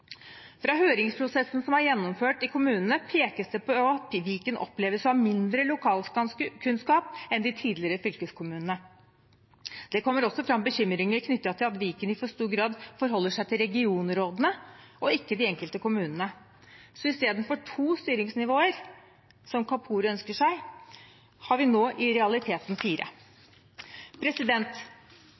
Fra høringsprosessen som er gjennomført i kommunene, pekes det på at Viken oppleves å ha mindre lokalkunnskap enn de tidligere fylkeskommunene. Det kommer også fram bekymringer knyttet til at Viken i for stor grad forholder seg til regionrådene og ikke de enkelte kommunene. Så istedenfor to styringsnivåer, som Kapur ønsker seg, har vi nå i realiteten